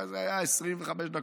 פעם זה היה 25 דקות,